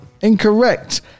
Incorrect